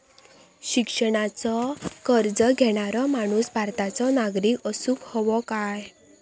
शिक्षणाचो कर्ज घेणारो माणूस भारताचो नागरिक असूक हवो काय?